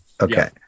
Okay